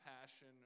passion